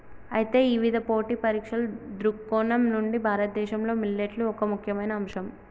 అయితే ఇవిధ పోటీ పరీక్షల దృక్కోణం నుండి భారతదేశంలో మిల్లెట్లు ఒక ముఖ్యమైన అంశం